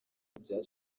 bya